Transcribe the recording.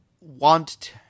want